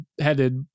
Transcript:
headed